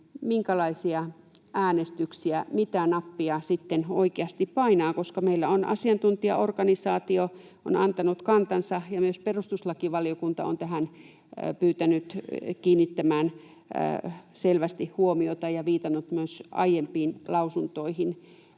minkälaisia äänestyksiä on ja mitä nappia sitten oikeasti painaa, koska meillä asiantuntijaorganisaatio on antanut kantansa ja myös perustuslakivaliokunta on selvästi pyytänyt kiinnittämään tähän huomiota ja viitannut myös aiempiin lausuntoihin.